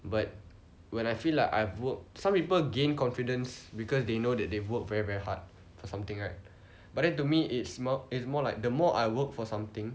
but when I feel like I've worked some people gain confidence because they know that they work very very hard for something right but then to me it's more it's more like the more I work for something